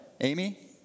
Amy